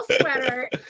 sweater